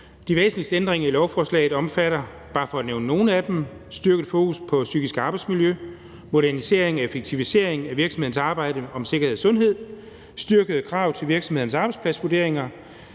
De væsentligste ændringer i lovforslaget omfatter, bare for nævne nogle af dem, styrket fokus på psykisk arbejdsmiljø, modernisering og effektivisering af virksomhedens arbejde om sikkerhed og sundhed, styrkede krav til virksomhedens arbejdspladsvurderinger,